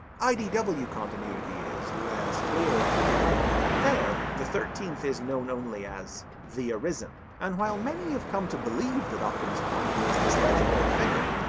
idw continuity is less clear on the matter there, the thirteenth is known only as the arisen, and while many have come to believe that optimus prime is this legendary figure,